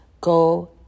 Go